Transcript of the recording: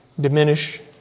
diminish